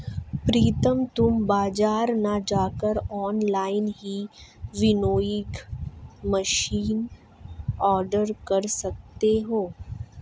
प्रितम तुम बाजार ना जाकर ऑनलाइन ही विनोइंग मशीन ऑर्डर कर सकते हो